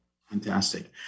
Fantastic